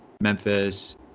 Memphis